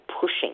pushing